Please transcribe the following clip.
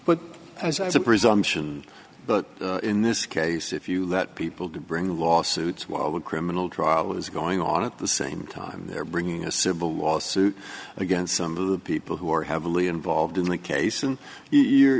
but as a presumption but in this case if you let people to bring lawsuits why would a criminal trial is going on at the same time they're bringing a civil lawsuit against some of the people who are heavily involved in the case and you